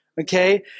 Okay